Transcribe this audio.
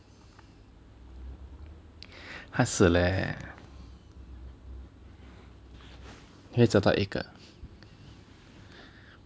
hard 死 leh 会找到一个